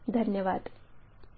धन्यवाद